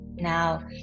Now